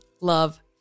love